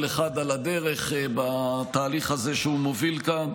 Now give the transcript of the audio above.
אחד על הדרך בתהליך הזה שהוא מוביל כאן,